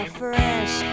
fresh